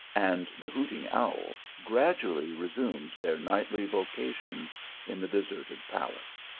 and the hooting owl gradually resumed their nightly vocations in the deserted palace.